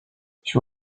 she